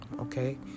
okay